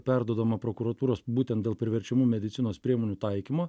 perduodama prokuratūros būtent dėl priverčiamų medicinos priemonių taikymo